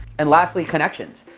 and lastly, connections.